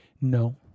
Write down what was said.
no